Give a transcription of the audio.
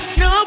no